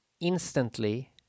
instantly